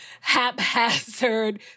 haphazard